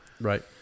Right